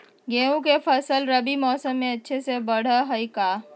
गेंहू के फ़सल रबी मौसम में अच्छे से बढ़ हई का?